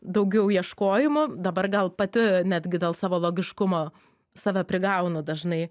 daugiau ieškojimų dabar gal pati netgi dėl savo logiškumo save prigaunu dažnai